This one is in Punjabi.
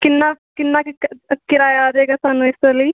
ਕਿੰਨਾਂ ਕਿੰਨਾਂ ਕੁ ਕਿਰਾਇਆ ਆ ਜੇਗਾ ਸਾਨੂੰ ਇਸ ਦੇ ਲਈ